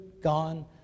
Gone